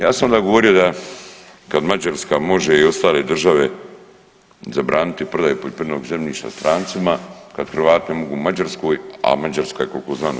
Ja sam onda govorio da kad Mađarska može i ostale države zabraniti prodaju poljoprivrednog zemljišta strancima, kad Hrvati ne mogu u Mađarskoj, a Mađarska je koliko znam u EU.